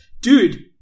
dude